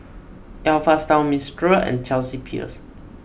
Alpha Style Mistral and Chelsea Peers